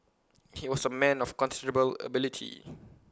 he was A man of considerable ability